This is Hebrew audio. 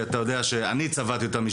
שאתה יודע שאני צבעתי אותם,